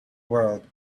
world